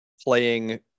playing